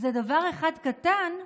זה דבר אחד קטן,